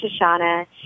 Shoshana